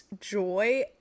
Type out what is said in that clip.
joy